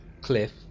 cliff